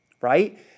right